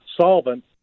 solvent